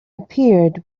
appeared